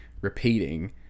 repeating